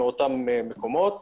מאותם מקומות,